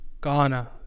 Ghana